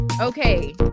Okay